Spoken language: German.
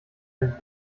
den